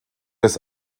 des